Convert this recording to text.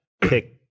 pick